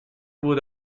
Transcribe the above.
wurde